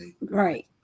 Right